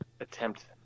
attempt